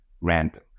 random